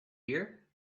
hear